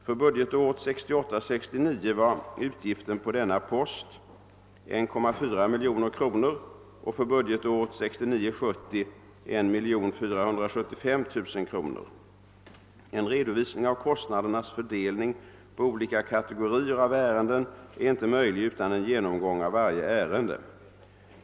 För budgetåret 1968 70 1475 000 kronor. En redovisning av kostnadernas fördelning på olika kategorier av ärenden är inte möjlig utan en genomgång av varje ärende.